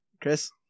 Chris